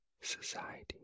society